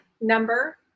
number